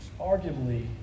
arguably